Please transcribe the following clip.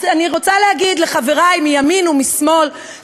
אז אני רוצה להגיד לחברי מימין ומשמאל,